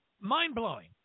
Mind-blowing